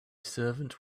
servant